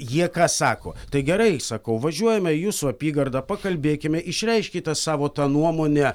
jie ką sako tai gerai sakau važiuojame į jūsų apygardą pakalbėkime išreikškite savo tą nuomonę